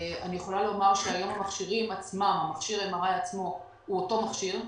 אני יכולה לומר שמכשיר MRI עצמו הוא אותו מכשיר.